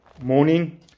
morning